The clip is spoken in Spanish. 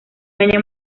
año